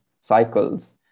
cycles